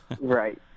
Right